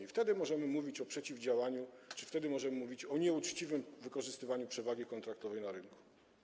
I wtedy możemy mówić o przeciwdziałaniu, czy wtedy możemy mówić o nieuczciwym wykorzystywaniu przewagi kontraktowej na rynku.